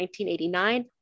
1989